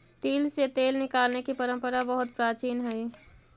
तिल से तेल निकालने की परंपरा बहुत प्राचीन हई